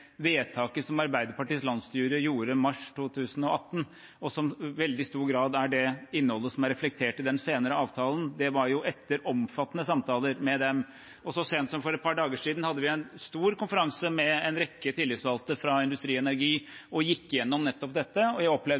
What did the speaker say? reflektert i den senere avtalen, kom etter omfattende samtaler med dem. Så sent som for et par dager siden hadde vi en stor konferanse med en rekke tillitsvalgte fra Industri Energi og gikk igjennom nettopp dette. Og jeg opplevde